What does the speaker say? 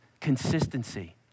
consistency